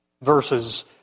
verses